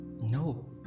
No